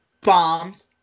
Bombs